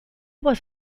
was